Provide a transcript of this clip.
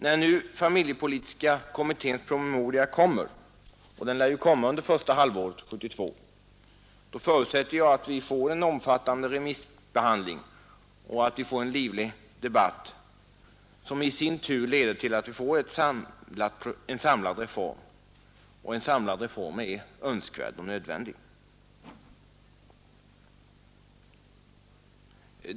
När familjepolitiska kommitténs promemoria kommer — det lär den göra under första halvåret 1972 — förutsätter jag att den blir föremål för en omfattande remissbehandling och att vi får en livlig debatt som i sin tur leder till den samlade reform som är önskvärd och nödvändig.